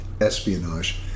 espionage